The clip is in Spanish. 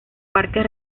parques